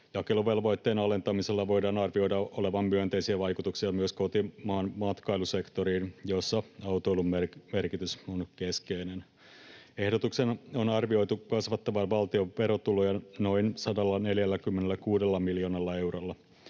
Jakeluvelvoitteen alentamisella voidaan arvioida olevan myönteisiä vaikutuksia myös kotimaan matkailusektoriin, jossa autoilun merkitys on keskeinen. Ehdotuksen on arvioitu kasvattavan valtion verotuloja noin 146 miljoonalla eurolla.